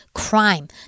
crime